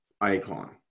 icon